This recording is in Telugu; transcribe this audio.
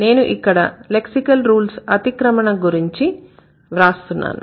నేను ఇక్కడ లెక్సికల్ రూల్స్ అతిక్రమణల గురించి వ్రాస్తున్నాను